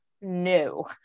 no